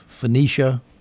Phoenicia